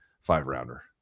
five-rounder